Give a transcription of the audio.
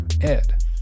Ed